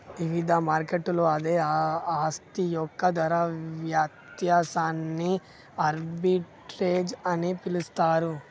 ఇవిధ మార్కెట్లలో అదే ఆస్తి యొక్క ధర వ్యత్యాసాన్ని ఆర్బిట్రేజ్ అని పిలుస్తరు